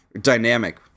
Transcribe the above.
dynamic